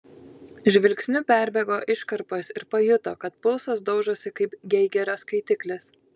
žvilgsniu perbėgo iškarpas ir pajuto kad pulsas daužosi kaip geigerio skaitiklis